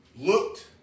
Looked